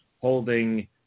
holding